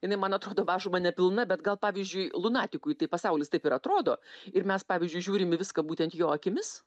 jinai man atrodo mažuma nepilna bet gal pavyzdžiui lunatikui tai pasaulis taip ir atrodo ir mes pavyzdžiui žiūrim į viską būtent jo akimis